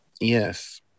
Yes